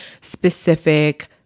specific